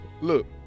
Look